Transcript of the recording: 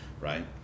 right